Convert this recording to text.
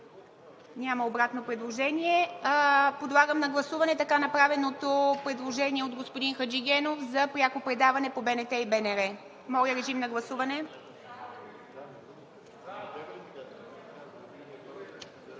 Няма обратно предложение. Подлагам на гласуване така направеното предложение от господин Хаджигенов за пряко предаване по БНТ и БНР. Гласували